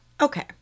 Okay